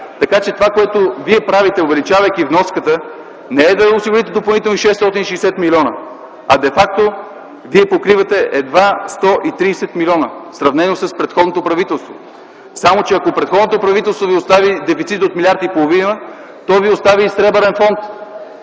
Така че това, което правите, увеличавайки вноската, не е да осигурите допълнително 660 млн., а де факто вие покривате едва 130 млн., сравнено с предходното правителство! Само че ако предходното правителство ви остави дефицит от милиард и половина, то ви остави и Сребърен фонд,